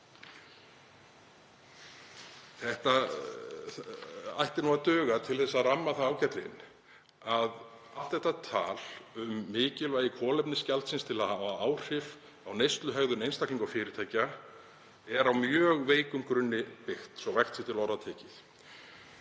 Þetta ætti að duga til að ramma það ágætlega inn að allt þetta tal um mikilvægi kolefnisgjaldsins til að hafa áhrif á neysluhegðun einstaklinga og fyrirtækja er á mjög veikum grunni byggt, svo vægt sé til orða tekið.